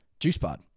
JuicePod